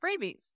freebies